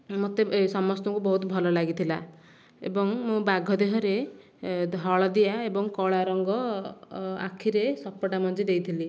ଓ ମୋତେ ସେହିଦିନ ଠାରୁ ଡ୍ରଇଁରେ ଚିତ୍ରକଳା କରିବାକୁ ବହୁତ ଭଲ ଲାଗିଥିଲା ମୁଁ ସେହିଦିନ ଉତ୍ତମ ଚିତ୍ରକଳା ଭାବେ ନିଜକୁ ଭାବିଥିଲି